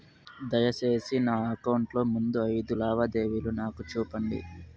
దయసేసి నా అకౌంట్ లో ముందు అయిదు లావాదేవీలు నాకు చూపండి